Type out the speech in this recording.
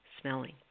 smelling